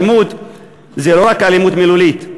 אלימות זה לא רק אלימות מילולית,